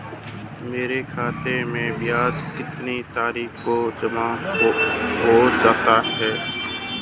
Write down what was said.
मेरे खाते में ब्याज कितनी तारीख को जमा हो जाता है?